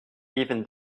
even